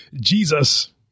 Jesus